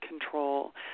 control